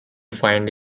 find